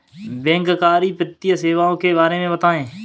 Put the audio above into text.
बैंककारी वित्तीय सेवाओं के बारे में बताएँ?